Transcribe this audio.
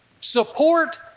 support